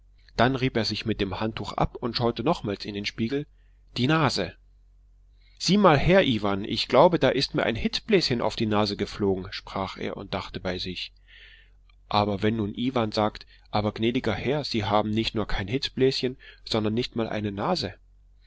dann rieb er sich mit dem handtuch ab und schaute nochmals in den spiegel die nase sieh mal her iwan ich glaube da ist mir ein hitzbläschen auf die nase geflogen sprach er und dachte bei sich ach wenn nun aber iwan sagt aber gnädiger herr sie haben nicht nur kein hitzbläschen sondern nicht einmal eine nase